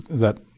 is that